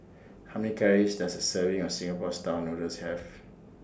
How Many Calories Does A Serving of Singapore Style Noodles Have